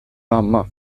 mamma